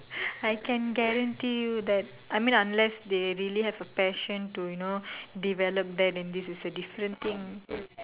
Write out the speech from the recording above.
I can guarantee you that I mean unless they really have a passion to you know develop that this is a different thing